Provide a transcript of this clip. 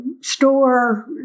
store